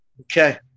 Okay